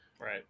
right